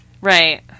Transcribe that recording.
Right